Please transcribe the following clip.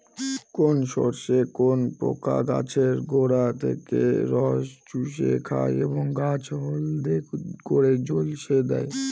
কোন শস্যে কোন পোকা গাছের গোড়া থেকে রস চুষে খায় এবং গাছ হলদে করে ঝলসে দেয়?